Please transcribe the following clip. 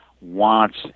wants